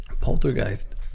Poltergeist